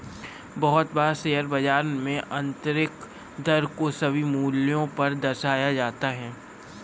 बहुत बार शेयर बाजार में आन्तरिक दर को सभी मूल्यों पर दर्शाया जाता है